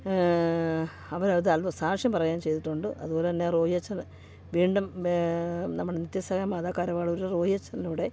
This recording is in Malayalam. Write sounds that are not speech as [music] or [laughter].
അവരത് സാക്ഷ്യം പറയാൻ ചെയ്തിട്ടുണ്ട് അതുപോലെ തന്നെ റോയ് അച്ഛൻ വീണ്ടും നമ്മുടെ നിത്യ സമയം മാതാ [unintelligible] റോയ് അച്ഛനിലൂടെ